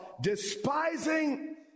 despising